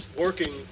working